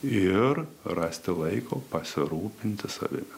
ir rasti laiko pasirūpinti savimi